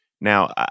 Now